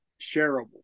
shareable